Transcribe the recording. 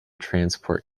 transport